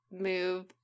move